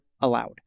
allowed